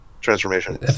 transformation